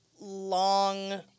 long